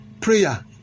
Prayer